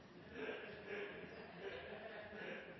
ei